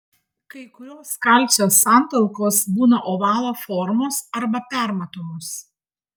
kai kurios kalcio santalkos būna ovalo formos arba permatomos